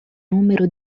numero